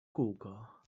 kółko